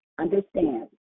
Understand